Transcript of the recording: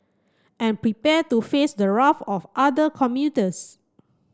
and prepare to face the wrath of other commuters